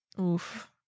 Oof